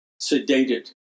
sedated